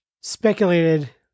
speculated